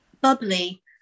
bubbly